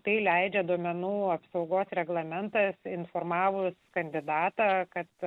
tai leidžia duomenų apsaugos reglamentas informavus kandidatą kad